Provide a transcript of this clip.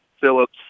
Phillips